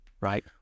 Right